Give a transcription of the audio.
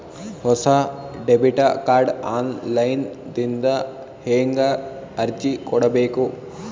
ಹೊಸ debit card online ದಿಂದ ಹೇಂಗ ಅರ್ಜಿ ಕೊಡಬೇಕು?